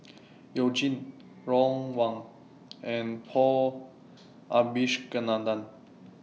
YOU Jin Ron Wong and Paul Abisheganaden